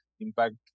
impact